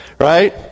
right